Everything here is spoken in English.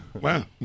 Wow